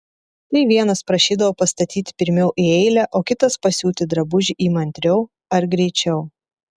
tai vienas prašydavo pastatyti pirmiau į eilę o kitas pasiūti drabužį įmantriau ar greičiau